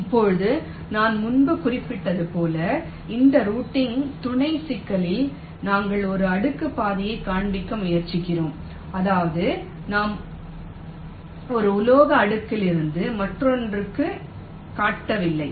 இப்போது நான் முன்பு குறிப்பிட்டது போல இந்த ரூட்டிங் துணை சிக்கலில் நாங்கள் ஒரு அடுக்கு பாதையை கண்டுபிடிக்க முயற்சிக்கிறோம் அதாவது நாம் ஒரு உலோக அடுக்கிலிருந்து மற்றொன்றுக்கு கடக்கவில்லை